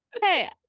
hey